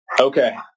Okay